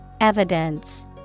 Evidence